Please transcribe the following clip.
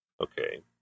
okay